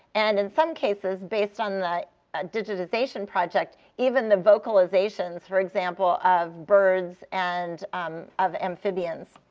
and in some cases, based on the ah digitization project, even the vocalizations, for example, of birds and um of amphibians.